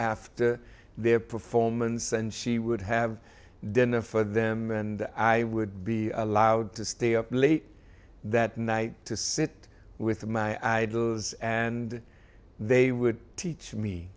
after their performance and she would have dinner for them and i would be allowed to stay up late that night to sit with my idols and they would teach me